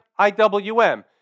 IWM